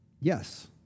yes